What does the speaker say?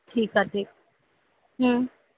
ठीकु आह्र ठीकु